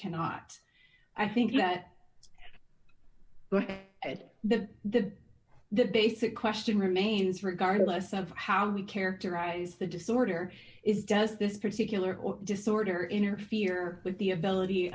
cannot i think that well the the basic question remains regardless of how we characterize the disorder is does this particular disorder interfere with the ability